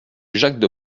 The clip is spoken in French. jacques